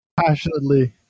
Passionately